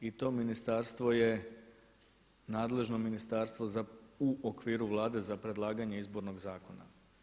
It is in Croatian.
I to ministarstvo je nadležno ministarstvo u okviru Vlade za predlaganje izbornog zakona.